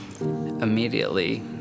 immediately